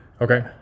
Okay